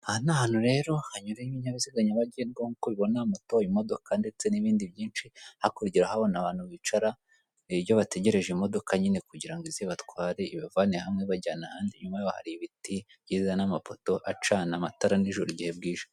Aha n'ahantu rero hanyura ibinyabiziga nyabagendwa nkuko ubibona moto, imodoka ndetse n'ibindi byinshi, hakurya urahabona abantu bicara iyo bategereje imodoka nyine kugira ngo ize ibatware ibavane hamwe ibajyane ahandi, inyuma hari ibiti byiza n'amapoto acana amatara n'ijoro igihe bwije.